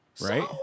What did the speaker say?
right